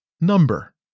number